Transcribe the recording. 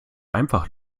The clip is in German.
einfach